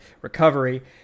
recovery